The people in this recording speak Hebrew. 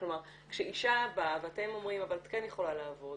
כלומר כשאישה באה ואתם אומרים "אבל את כן יכולה לעבוד,